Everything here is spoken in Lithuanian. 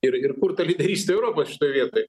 ir ir kur ta lyderystė europos šitoj vietoj